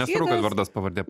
nesvarbu kad vardas pavardė